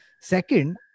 Second